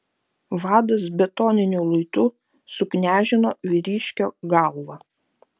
vadas betoniniu luitu suknežino vyriškio galvą